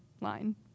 line